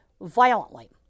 Violently